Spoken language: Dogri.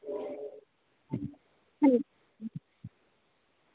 ठीक